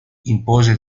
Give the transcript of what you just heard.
impose